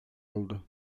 oldu